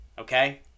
Okay